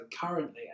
currently